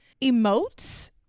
emotes